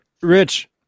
Rich